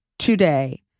today